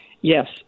Yes